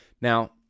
now